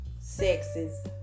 sexes